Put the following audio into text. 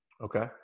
Okay